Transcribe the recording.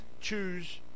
choose